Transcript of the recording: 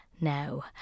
Now